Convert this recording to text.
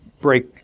break